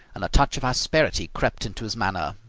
and a touch of asperity crept into his manner.